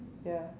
ya